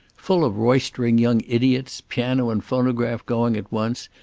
full of roistering young idiots. piano and phonograph going at once,